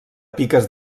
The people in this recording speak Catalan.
piques